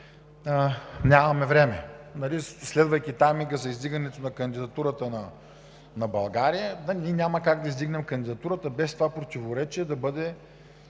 нямаме време. Следвайки тайминга за издигане на кандидатурата на България, ние няма как да я издигнем, без това противоречие да бъде